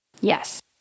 Yes